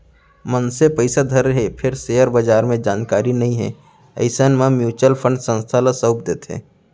मनसे पइसा धरे हे फेर सेयर बजार के जानकारी नइ हे अइसन म म्युचुअल फंड संस्था ल सउप देथे